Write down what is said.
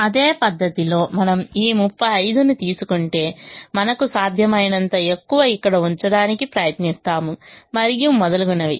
అదే పద్ధతిలో మనము ఈ 35 ను తీసుకుంటే మనకు సాధ్యమైనంత ఎక్కువ ఇక్కడ ఉంచడానికి ప్రయత్నిస్తాము మరియు మొదలగునవి